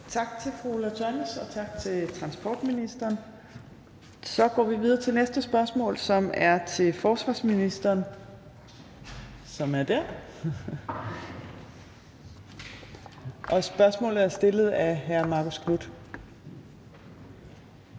Tak til fru Ulla Tørnæs, og tak til transportministeren. Så går vi videre til næste spørgsmål (spm. nr. S 1059), som er til forsvarsministeren, spørgsmålet er stillet af hr. Marcus Knuth.